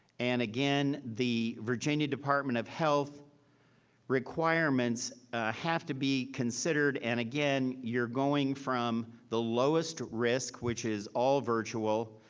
and again, the virginia department of health requirements have to be considered. and again, you're going from the lowest risk, which is all virtual,